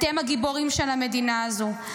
אתם הגיבורים של המדינה הזו.